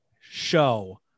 show